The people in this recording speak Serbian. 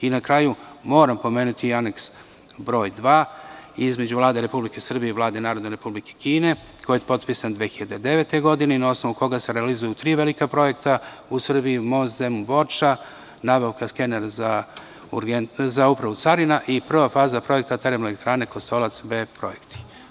I na kraju, moram pomenuti aneks broj dva između Vlade Republike Srbije i Vlade Narodne Republike Kine, koji je potpisan 2009. godine i na osnovu koga se realizuju tri velika projekta u Srbiji, most Zemun-Borča, nabavka skenera za Upravu carina i prva faza projekta Termoelektrane „Kostolac B“ projekti.